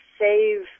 save